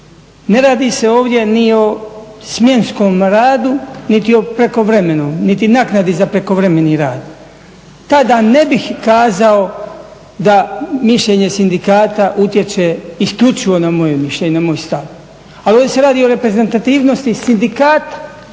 ne radi se ovdje ni o smjenskom radu, niti o prekovremenom, niti naknadi za prekovremeni rad. Tada ne bih kazao da mišljenje sindikata utječe isključivo na moje mišljenje, na moj stav. Ali ovdje se radi o reprezentativnosti sindikata